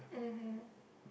mmhmm